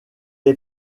est